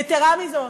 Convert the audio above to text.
יתרה מזאת,